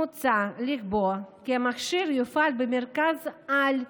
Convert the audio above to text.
מוצע לקבוע כי המכשיר יופעל במרכזי על,